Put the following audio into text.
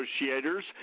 Negotiators